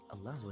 Allah